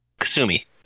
kasumi